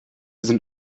sind